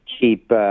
keep –